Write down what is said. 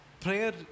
Prayer